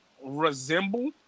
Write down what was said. Resemble